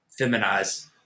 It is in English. feminize